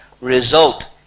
result